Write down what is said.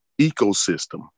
ecosystem